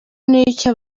n’icyo